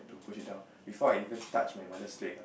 to push it down before I even touch my mother's leg